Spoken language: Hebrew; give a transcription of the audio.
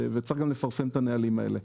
וצריך גם לפרסם את הנהלים האלה.